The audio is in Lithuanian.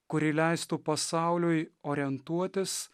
kuri leistų pasauliui orientuotis